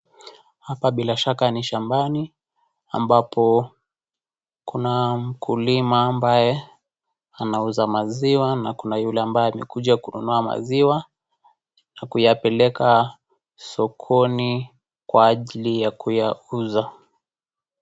Hapa bila shaka ni shambani ambapo kuna mkulima ambaye anauza maziwa na Kuna yule ambaye amekuja kuinunua maziwa na kuyapeleka sokoni kwa ajili ya kuyauza.